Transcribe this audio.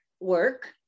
work